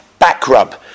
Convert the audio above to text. BackRub